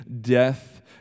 death